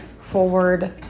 forward